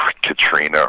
Katrina